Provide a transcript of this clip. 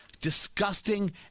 Disgusting